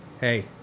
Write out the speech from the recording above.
hey